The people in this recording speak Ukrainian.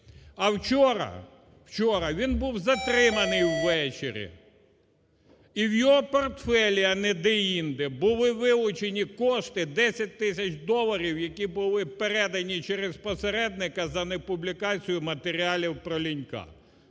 вчора він був затриманий ввечері і в його портфелі, а не деінде, були вилучені кошти 10 тисяч доларів, які були передані через посередника за не публікацію матеріалів про Лінька.